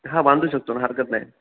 हा बांधू शकतो हरकत नाही